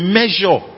measure